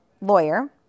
lawyer